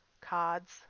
cards